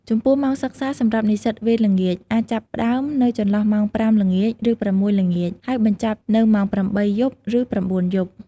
ចំពោះម៉ោងសិក្សាសម្រាប់និស្សិតវេនល្ងាច អាចចាប់ផ្តើមនៅចន្លោះម៉ោង ៥ ល្ងាច ឬ ៦ ល្ងាច ហើយបញ្ចប់នៅម៉ោង ៨ យប់ ឬ ៩ យប់។